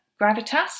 gravitas